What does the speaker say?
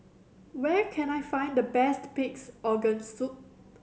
where can I find the best Pig's Organ Soup